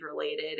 related